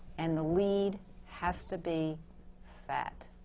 and the lead has to be fat.